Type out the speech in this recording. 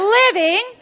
living